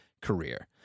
career